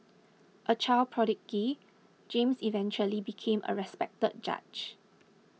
a child prodigy James eventually became a respected judge